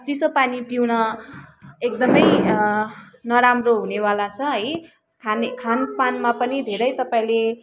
पानी पिउन एकदमै नराम्रो हुनेवाला छ है खानपानमा पनि धेरै तपाईँले